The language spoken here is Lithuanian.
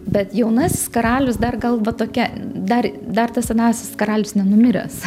bet jaunasis karalius dar gal va tokia dar dar tas senasis karalius nenumiręs